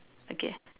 okay